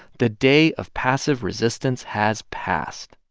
the day of passive resistance has passed.